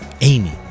Amy